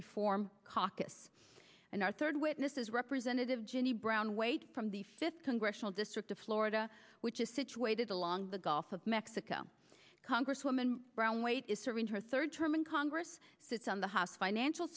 reform caucus and our third witness is representative ginny brown weight from the fifth congressional district of florida which is situated along the gulf of mexico congresswoman brown weight is serving her third term in congress sits on the house financial